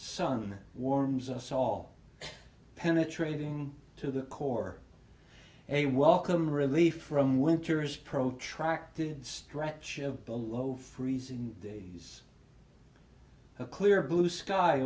sun warms us all penetrating to the core a welcome relief from winter's protracted stretch of below freezing days a clear blue sky